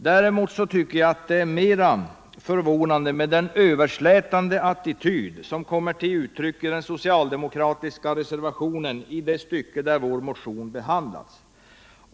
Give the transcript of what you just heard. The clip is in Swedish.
Däremot tycker jag att det är mera förvånande med den överslätande attityd som kommer till uttryck i den socialdemokratiska reservationen i det stycke där vår motion behandlas.